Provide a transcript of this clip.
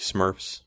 Smurfs